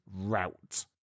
route